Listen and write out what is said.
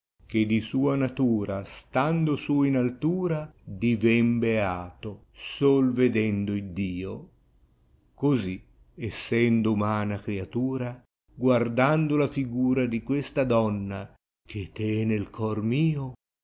che di sua natura stando su in altura diven beato sol vedendo iddio cosi essendo umana criatura guardando la figura di questa donna che tene il cor